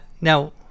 Now